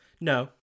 No